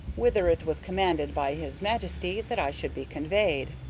whither it was commanded by his majesty that i should be conveyed.